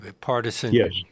partisan